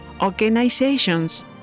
organizations